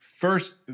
First